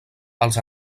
els